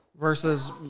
versus